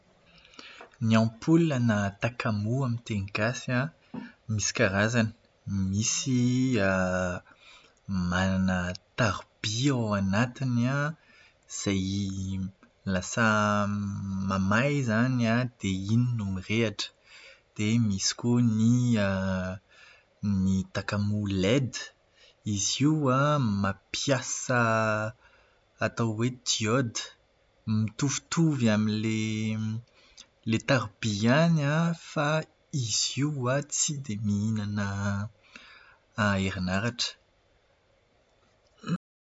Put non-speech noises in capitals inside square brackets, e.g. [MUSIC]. Ny ampola na takamoa amin'ny teny gasy an, misy karazany. Misy [HESITATION] manana taroby ao anatiny an, izay lasa mahamay izany an, dia iny no mirehitra. Dia misy koa ny [HESITATION] ny takamoa LED. Izy io an, mampiasa ny atao hoe "diodes". Mitovitovy amin'ilay taroby ihany an, fa izy io tsy dia miihnana herinaratra.